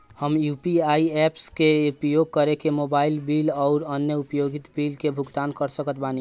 हम UPI apps के उपयोग करके मोबाइल बिल आउर अन्य उपयोगिता बिलन के भुगतान कर सकत बानी